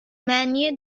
معنی